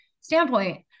standpoint